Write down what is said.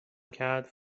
کرد